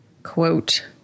quote